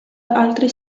altri